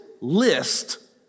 list